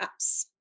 apps